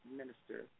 minister